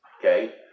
Okay